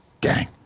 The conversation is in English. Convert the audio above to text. Gang